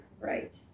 Right